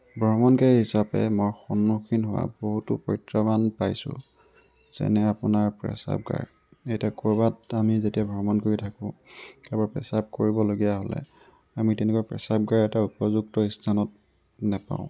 ভ্ৰমণকাৰী হিচাপে মই সন্মুখীন হোৱা বহুতো প্ৰত্যাহ্বান পাইছোঁ যেনে আপোনাৰ প্ৰস্ৰাৱগাৰ যেতিয়া আমি ক'ৰবাত ভ্ৰমণ কৰি থাকোঁ কাৰোবাৰ প্ৰস্ৰাৱ কৰিবলগীয়া হ'লে আমি তেনেকুৱা প্ৰস্ৰাৱগাৰ এটা উপযুক্ত স্থানত নাপাওঁ